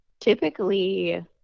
Typically